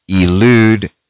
elude